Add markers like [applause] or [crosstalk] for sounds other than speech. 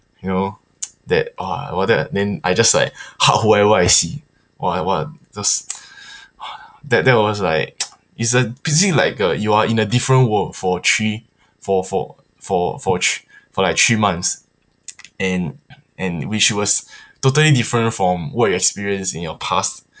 you know [noise] that !wah! wilder then I just like [breath] hug whoever I see !wah! !wah! just [noise] that that was like [noise] it's a picture like uh you are in a different world for three for for for for thr~ for like three months and and which was [breath] totally different from what you experienced in your past